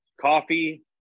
coffee